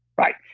right?